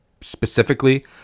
specifically